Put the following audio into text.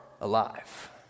alive